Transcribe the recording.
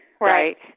right